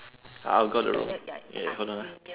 I'll got the roll ya hold on ah